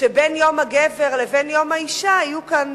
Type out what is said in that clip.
שבין יום הגבר לבין יום האשה יהיו כאן